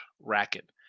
racket